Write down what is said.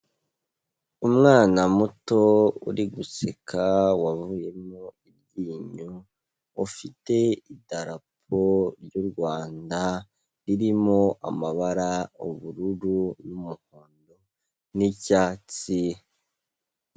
Umwana muto uri guseka wavuyemo iryinyo, ufite idarapo ry'u Rwanda, ririmo amabara ubururu n'umuhondo n'icyatsi.